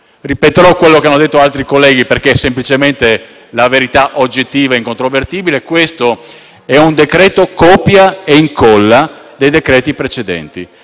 Ripeterò quanto detto da altri colleghi, perché è semplicemente la verità oggettiva e incontrovertibile: questo è un decreto-legge copia e incolla di quelli precedenti;